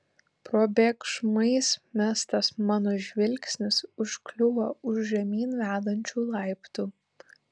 probėgšmais mestas mano žvilgsnis užkliuvo už žemyn vedančių laiptų